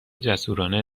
جسورانه